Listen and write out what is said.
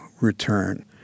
return